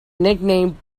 nickname